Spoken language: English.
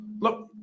Look